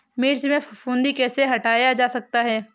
मिर्च में फफूंदी कैसे हटाया जा सकता है?